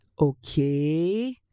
okay